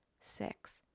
six